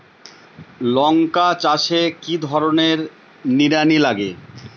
লঙ্কা চাষে কি ধরনের নিড়ানি লাগে?